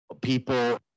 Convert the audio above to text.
people